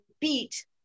beat